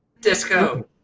disco